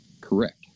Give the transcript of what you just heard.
correct